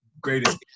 greatest